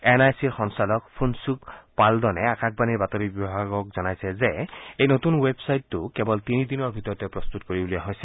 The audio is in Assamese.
এন আই চিৰ সঞ্চালক ফুঞ্চুক পালড'নে আকাশবাণীৰ বাতৰি বিভাগক জনাইছে যে এই নতুন ৱেবছাইট কেৱল তিনিদিনৰ ভিতৰতে প্ৰস্তত্ত কৰি উলিওৱা হৈছে